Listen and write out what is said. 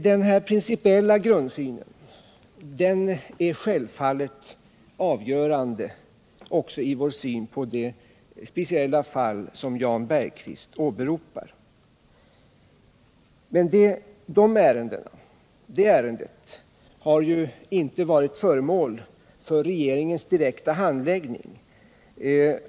Den här principiella grundsynen är självfallet avgörande också för vår syn på det speciella fall som Jan Bergqvist åberopar. Men det ärendet har ju inte varit föremål för regeringens direkta handläggning.